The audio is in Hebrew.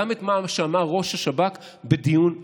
גם את מה שאמר ראש השב"כ בדיון בממשלה.